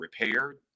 repaired